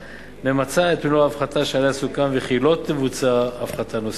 ממצה את מלוא ההפחתה שעליה סוכם וכי לא תבוצע הפחתה נוספת.